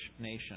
nation